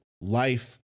life